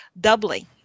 doubling